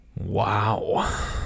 Wow